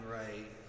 right